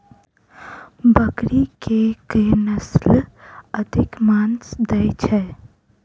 बकरी केँ के नस्ल अधिक मांस दैय छैय?